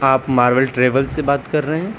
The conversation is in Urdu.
آپ مارول ٹریویل سے بات کر رہے ہیں